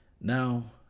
Now